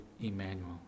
Emmanuel